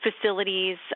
facilities